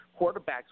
quarterbacks